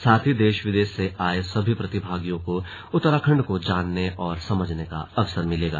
साथ ही देश विदेश से आये सभी प्रतिभागियों को उत्तराखण्ड को जानने और समझने का अवसर मिलेगा